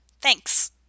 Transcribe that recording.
thanks